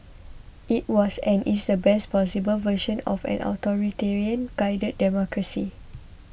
it was and is the best possible version of an authoritarian guided democracy